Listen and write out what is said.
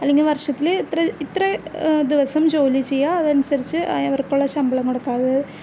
അല്ലെങ്കിൽ വർഷത്തില് ഇത്ര ഇത്ര ദിവസം ജോലി ചെയ്യുക അതനുസരിച്ച് അവർക്കുള്ള ശമ്പളം കൊടുക്കുക അത്